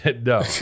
No